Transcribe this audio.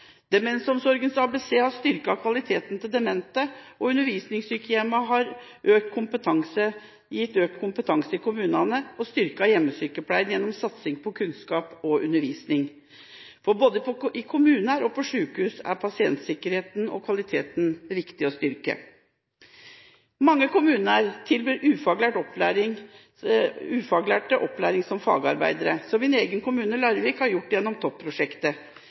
Demensomsorgens ABC har styrket kvaliteten til demente, og undervisningssykehjemmene har gitt økt kompetanse i kommunene og styrket hjemmesykepleien gjennom satsing på kunnskap og undervisning, for både i kommuner og på sykehus er pasientsikkerheten og kvaliteten riktig å styrke. Mange kommuner tilbyr ufaglærte opplæring som fagarbeidere, som min egen kommune, Larvik, har gjort gjennom